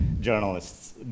journalists